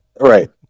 Right